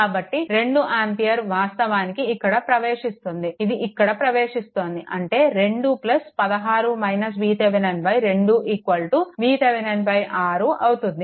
కాబట్టి 2 ఆంపియర్ వాస్తవానికి ఇక్కడ ప్రవేశిస్తుంది ఇది ఇక్కడ ప్రవేశిస్తోంది అంటే 2 2 VThevenin 6 అవుతుంది